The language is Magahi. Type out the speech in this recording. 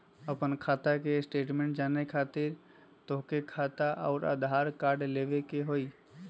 आपन खाता के स्टेटमेंट जाने खातिर तोहके खाता अऊर आधार कार्ड लबे के होइ?